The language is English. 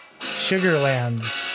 Sugarland